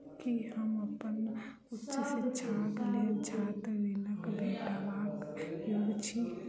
की हम अप्पन उच्च शिक्षाक लेल छात्र ऋणक भेटबाक योग्य छी?